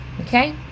okay